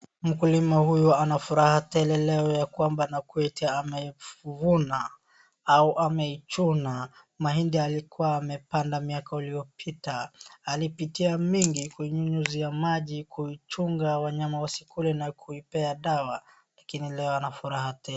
Mkulima huyu ana furaha tele leo ya kwamba amevuna au ameichuna mahindi aliyokuwa amepanda miaka iliyopota. Amepitia mingi kuinyunyizia maji kuchunga wanyama wasikule na kuipea dawa lakini leo na furaha tele.